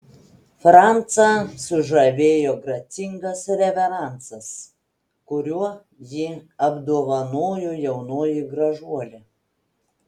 francą sužavėjo gracingas reveransas kuriuo jį apdovanojo jaunoji gražuolė